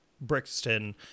Brixton